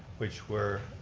which were.